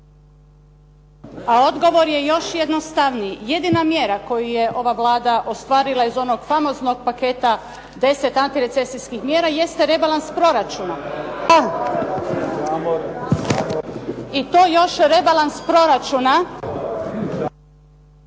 a odgovor je još jednostavniji. Jedina mjera koju je ova Vlada ostvarila iz onog famoznog paketa, 10 antirecesijskih mjera, jeste rebalans proračuna. I to još rebalans proračuna